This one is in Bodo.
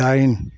दाइन